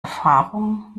erfahrung